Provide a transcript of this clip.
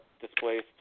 displaced